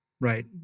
right